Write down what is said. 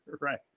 Right